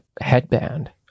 headband